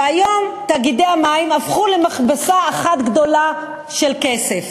והיום תאגידי המים הפכו למכבסה אחת גדולה של כסף.